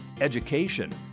education